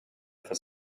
for